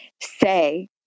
say